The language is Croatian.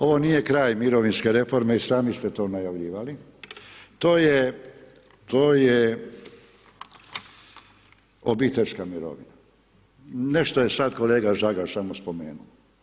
Ovo nije kraj mirovinske reforme i sami ste to najavljivali, to je obiteljska mirovina, nešto je sad kolega Žagar smo spomenuo.